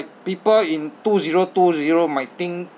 people in two zero two zero might think